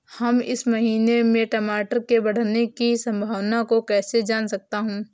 हम इस महीने में टमाटर के बढ़ने की संभावना को कैसे जान सकते हैं?